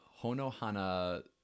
Honohana